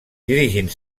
dirigint